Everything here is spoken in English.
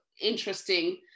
interesting